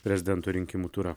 prezidento rinkimų turą